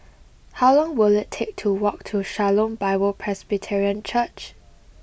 how long will it take to walk to Shalom Bible Presbyterian Church